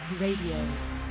Radio